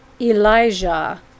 Elijah